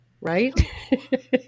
right